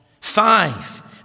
Five